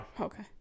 Okay